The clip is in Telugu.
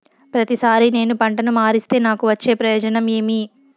ప్రతిసారి నేను పంటను మారిస్తే నాకు వచ్చే ప్రయోజనం ఏమి?